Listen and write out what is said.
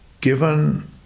Given